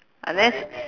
unless